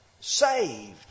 saved